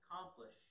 accomplish